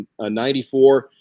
94